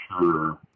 sure